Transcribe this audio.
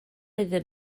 iddyn